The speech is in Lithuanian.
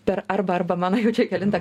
per arba arba mano jau čia kelintą